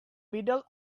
middle